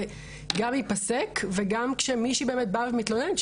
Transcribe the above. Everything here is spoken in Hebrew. גם ייפסק וגם כשמישהי באמת באה ומתלוננת,